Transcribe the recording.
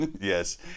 Yes